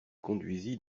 conduisit